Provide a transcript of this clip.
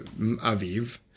aviv